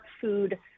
food